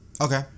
Okay